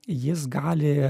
jis gali